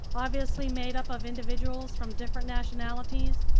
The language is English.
obviously made up of individuals from different nationalities?